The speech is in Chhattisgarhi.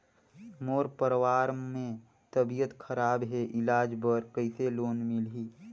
मोर परवार मे तबियत खराब हे इलाज बर कइसे लोन मिलही?